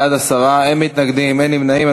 בעד, 10, אין מתנגדים, אין נמנעים.